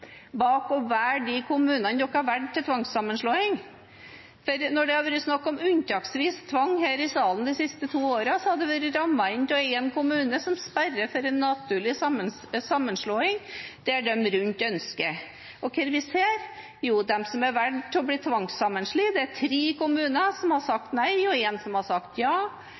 bak å velge de kommunene man har valgt, til tvangssammenslåing. Når det her i salen har vært snakk om unntaksvis tvang de siste to årene, har det vært rammet inn av at én kommune sperrer for en naturlig sammenslåing, mens de som er rundt, ønsker en sammenslåing. Men hva ser vi? Jo, de som er valgt ut til å bli tvangssammenslått, er tre kommuner som har sagt nei, og én som har sagt ja.